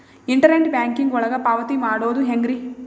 Internet banking ಒಳಗ ಪಾವತಿ ಮಾಡೋದು ಹೆಂಗ್ರಿ?